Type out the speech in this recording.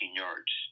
yards